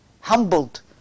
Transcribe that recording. Humbled